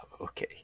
Okay